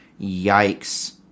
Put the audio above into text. Yikes